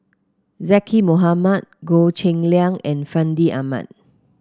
Zaqy Mohamad Goh Cheng Liang and Fandi Ahmad